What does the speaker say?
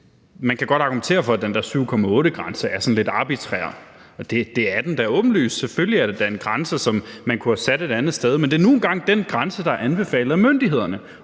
at man godt kan argumentere for, at den der grænse på 7,8 km er sådan lidt arbitrær. Det er den da åbenlyst. Det er selvfølgelig en grænse, som man kunne have sat et andet sted, men det er nu engang den grænse, der er anbefalet af myndighederne,